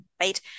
right